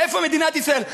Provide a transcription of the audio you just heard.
איפה מדינת ישראל?